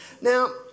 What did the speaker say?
Now